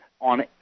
on